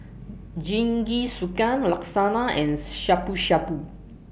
Jingisukan Lasagna and Shabu Shabu